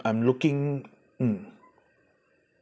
I'm looking mm